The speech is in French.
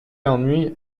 ennui